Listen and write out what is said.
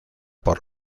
por